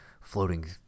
floating